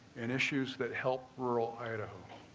and issues that help rural and